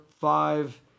five